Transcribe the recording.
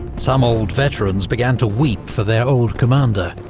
some old veterans began to weep for their old commander,